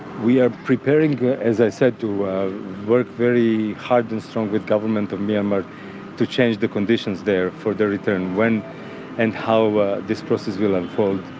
we are preparing as i said to work very hard and strong with government of myanmar to change the conditions there for the return. when and how this process will unfold